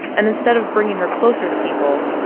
and instead of bringing her closer to people,